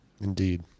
Indeed